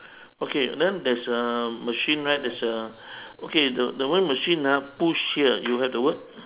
okay then there's a machine right there's a okay the the one machine ah push here you have the word